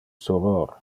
soror